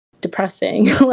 depressing